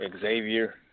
Xavier